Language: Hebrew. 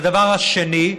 והדבר השני,